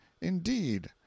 Indeed